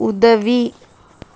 உதவி